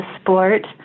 sport